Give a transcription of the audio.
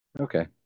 Okay